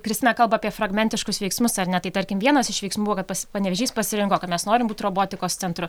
kristina kalba apie fragmentiškus veiksmus ar ne tai tarkim vienas iš veiksmų buvo kad panevėžys pasirinko kad mes norim būt robotikos centru